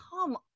come